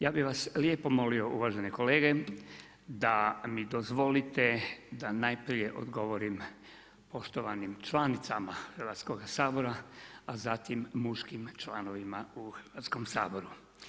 Ja bih vas lijepo molio uvažene kolege da mi dozvolite da najprije odgovorim poštovanim članicama Hrvatskoga sabora, a zatim muškim članovima u Hrvatskom saboru.